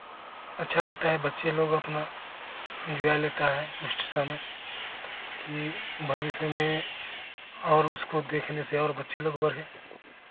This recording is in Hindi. अच्छा लगता है बच्चे लोग अपना इन्जॉय लेता है उसके सामने कि भविष्य में और उसको देखने से और बच्चे लोग बढ़ें